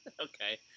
Okay